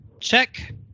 Check